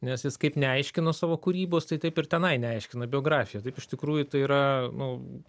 nes jis kaip neaiškino savo kūrybos tai taip ir tenai neaiškina biografijos taip iš tikrųjų tai yra nu